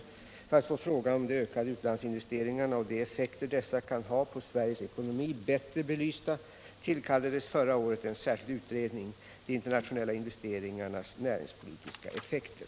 I syfte att få frågan om de ökade utlandsinvesteringarna och de effekter dessa kan ha på Sveriges ekonomi bättre belysta tillkallades förra året en särskild : utredning, utredningen om de internationella investeringarnas näringspolitiska effekter.